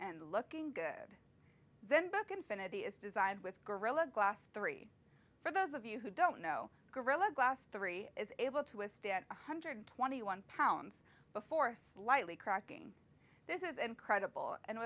and looking good then book infinity is designed with gorilla glass three for those of you who don't know gorilla glass three is able to withstand one hundred twenty one pounds before slightly cracking this is incredible and